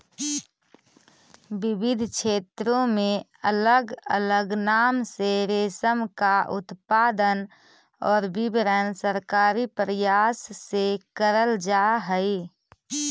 विविध क्षेत्रों में अलग अलग नाम से रेशम का उत्पादन और वितरण सरकारी प्रयास से करल जा हई